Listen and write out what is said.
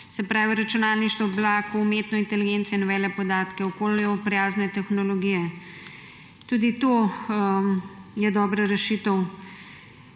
se pravi računalništvo v oblaku, umetno inteligenco in velepodatke, okolju prijazne tehnologije. Tudi to je dobra rešitev.